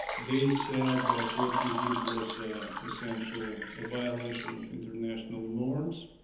they said that what you did was essentially a violation of international norms,